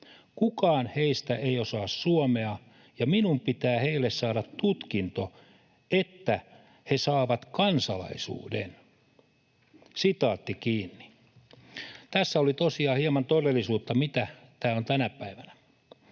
Kukaan heistä ei osaa suomea, ja minun pitää heille saada tutkinto, että he saavat kansalaisuuden.” Tässä oli tosiaan hieman todellisuutta, mitä tämä on tänä päivänä.